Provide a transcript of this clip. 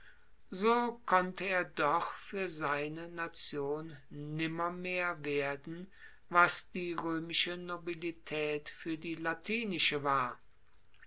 so konnte er doch fuer seine nation nimmermehr werden was die roemische nobilitaet fuer die latinische war